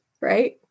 right